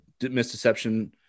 misdeception